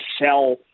sell